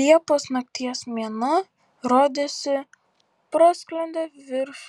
liepos nakties mėnuo rodėsi prasklendė virš